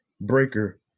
Breaker